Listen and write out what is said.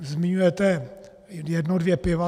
Zmiňujete jedno dvě piva.